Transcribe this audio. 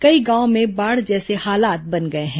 कई गांवों में बाढ़ जैसे हालात बन गए हैं